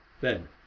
Then